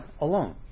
alone